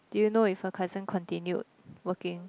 do you know if her cousin continued working